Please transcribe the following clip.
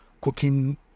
cooking